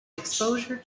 exposure